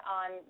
on